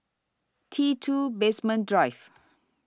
T two Basement Drive